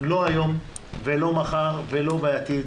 לא היום ולא מחר ולא בעתיד